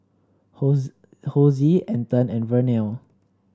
Hosie Anton and Vernell